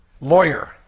lawyer